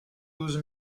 douze